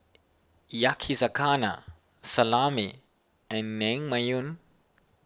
Yakizakana Salami and Naengmyeon